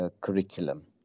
curriculum